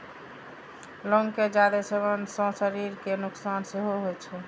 लौंग के जादे सेवन सं शरीर कें नुकसान सेहो होइ छै